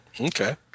Okay